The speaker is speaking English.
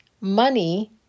money